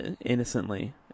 innocently